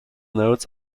notes